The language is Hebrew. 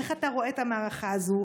איך אתה רואה את המערכה הזאת?